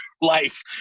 life